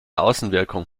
außenwirkung